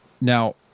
Now